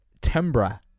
timbre